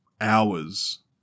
hours